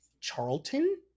charlton